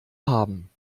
haben